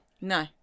No